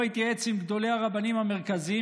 לא התייעץ עם גדולי הרבנים המרכזיים